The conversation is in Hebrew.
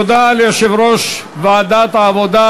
תודה ליושב-ראש ועדת העבודה,